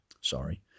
sorry